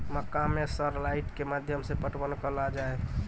मक्का मैं सर लाइट के माध्यम से पटवन कल आ जाए?